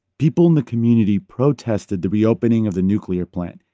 people in the community protested the reopening of the nuclear plant,